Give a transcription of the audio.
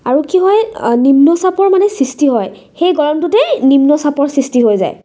আৰু কি হয় নিম্ন চাপৰ মানে সৃষ্টি হয় সেই গৰমটোতে নিম্ন চাপৰ সৃষ্টি হৈ যায়